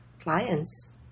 clients